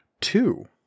two